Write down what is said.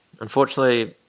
Unfortunately